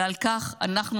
ועל כך אנחנו,